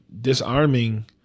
disarming